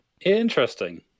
Interesting